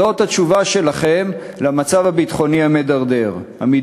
זאת התשובה שלכם למצב הביטחוני המידרדר.